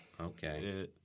Okay